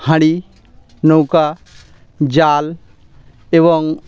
হাঁড়ি নৌকা জাল এবং